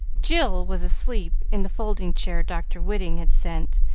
jill was asleep in the folding chair dr. whiting had sent,